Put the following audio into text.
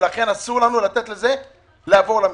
לכן אסור לנו לתת לזה לעבור למשרד.